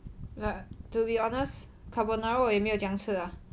but to be honest carbonara 我也没有怎样吃 lah